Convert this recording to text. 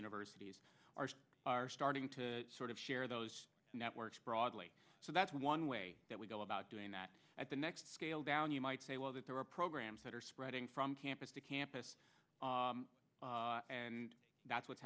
universities are starting to sort of share those networks broadly so that's one way that we go about doing that at the next scale down you might say well that there are programs that are spreading from campus to campus and that's what's